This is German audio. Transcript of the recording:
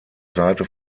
seite